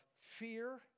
fear